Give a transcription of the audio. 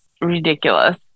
ridiculous